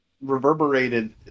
reverberated